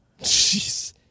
Jeez